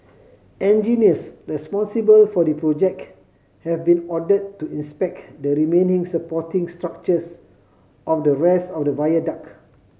engineers responsible for the project have been ordered to inspect the remaining supporting structures of the rest of the viaduct